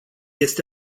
este